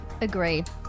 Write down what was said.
agreed